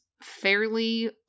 fairly